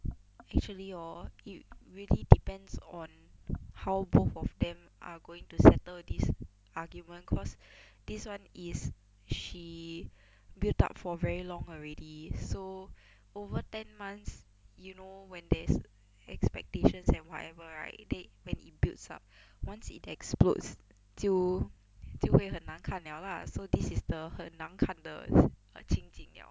actually hor it really depends on how both of them are going to settle this argument cause this [one] is she build up for very long already so over ten months you know when there's expectations and whatever right then when it builds up once it explodes 就就会很难看 liao lah so this is the 很难看的情形 liao